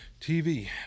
TV